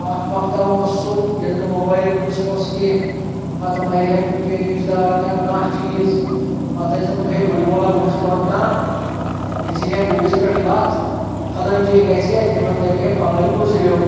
اکھ وقتا اوس سُہ ییٚلہِ نہٕ موبایل قصہٕ اوس کینٛہہ پتہٕ مرِہے کُنہِ جایہِ رشتہٕ دار یا کانٛہہ چیٖز پتہٕ ٲسۍ دپان ہے گُرۍ وولا ؤچھۍ تہٕ ہون کانٛہہ یہِ ژھنہِ ہا گُرِس پٮ۪ٹھ لتھ فلحٲنۍ جایہِ گژھِ ہا تِمن دپہِ ہے فلحٲنۍ گُزریو